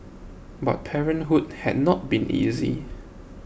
but parenthood had not been easy